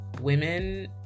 women